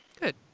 good